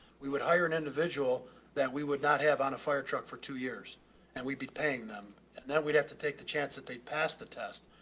we would hire an individual that we would not have on a firetruck for two years and we'd be paying them and then we'd have to take the chance that they'd pass the test.